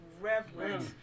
reverence